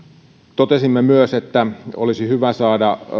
totesimme myös että olisi hyvä saada